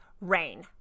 rain